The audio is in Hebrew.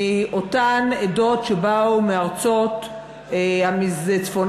מאותן עדות שבאו מארצות צפון-אפריקה,